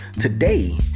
today